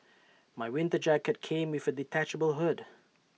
my winter jacket came with A detachable hood